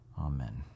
Amen